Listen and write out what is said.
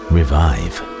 Revive